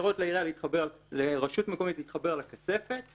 שמאפשרות לרשות מקומית להתחבר לכספת.